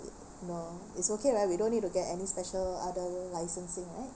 it no it's okay right we don't need to get any special other licensing right